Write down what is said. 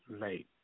late